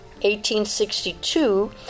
1862